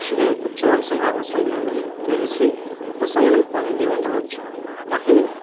కుర్చ్ కూర్చోవలసిన అవసరం లేదని తెలిసి ఉపశమనం పొంది ఉండవచ్చు మహం